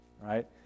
Right